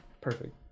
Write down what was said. Perfect